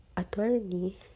attorney